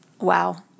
wow